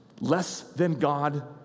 less-than-God